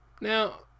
Now